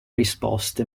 risposte